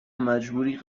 مجبوری